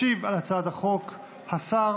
ישיב על הצעת החוק השר